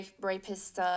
rapist